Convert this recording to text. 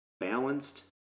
balanced